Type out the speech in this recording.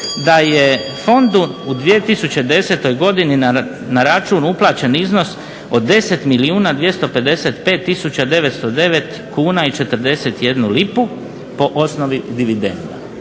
da je fondu u 2010. godini na račun uplaćen iznos od 10 milijuna 255 tisuća 909 kuna i 41 lipu po osnovi dividenda.